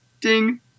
ding